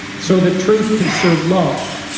so that truth can serve love,